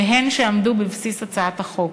והן שעמדו בבסיס הצעת החוק.